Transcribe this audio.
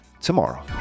tomorrow